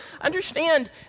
understand